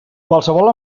qualsevol